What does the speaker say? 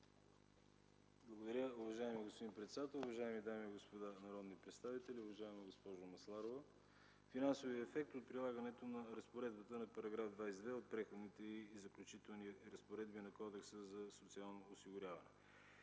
Благодаря Ви, уважаеми господин председател. Уважаеми дами и господа народни представители! Уважаема госпожо Масларова, финансовият ефект от прилагането на разпоредбата на § 22 от Преходните и заключителни разпоредби на Кодекса за социалното осигуряване.